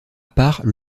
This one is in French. part